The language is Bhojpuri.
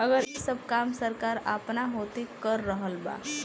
अब ई सब काम सरकार आपना होती कर रहल बा